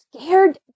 scared